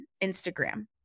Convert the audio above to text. Instagram